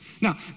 Now